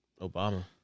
Obama